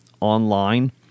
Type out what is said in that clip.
online